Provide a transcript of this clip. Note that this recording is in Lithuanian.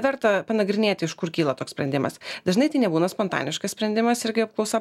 verta panagrinėti iš kur kyla toks sprendimas dažnai tai nebūna spontaniškas sprendimas irgi apklausa